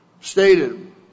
stated